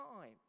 time